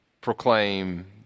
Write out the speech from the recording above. proclaim